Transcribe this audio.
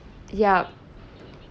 yup